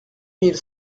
mille